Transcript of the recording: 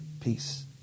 Peace